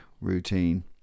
routine